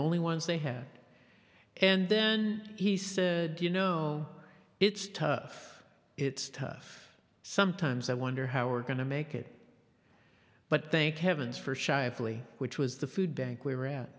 only ones they have and then he said you know it's tough it's tough sometimes i wonder how are going to make it but thank heavens for shively which was the food bank we were at